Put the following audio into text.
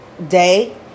day